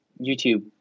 YouTube